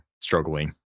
struggling